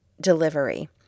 delivery